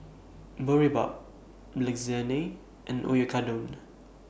Boribap Lasagne and Oyakodon